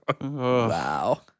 wow